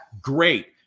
great